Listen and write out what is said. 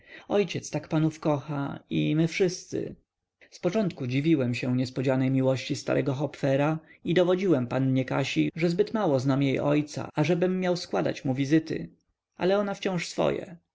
ojciec tak panów kocha i my wszyscy zpoczątku dziwiłem się niespodzianej miłości starego hopfera i dowodziłem pannie kasi że zbyt mało znam jej ojca ażebym miał składać mu wizyty ale ona wciąż swoje